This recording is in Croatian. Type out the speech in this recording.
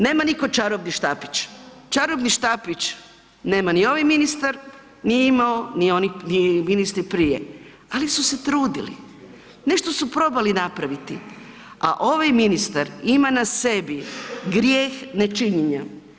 Nema nitko čarobni štapić, čarobni štapić nema ni ovaj ministar, nije imao ni oni ministri prije, ali su se trudili, nešto su probali napraviti, a ovaj ministar ima na sebi grijeh nečinjenja.